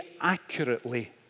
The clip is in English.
accurately